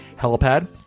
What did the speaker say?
helipad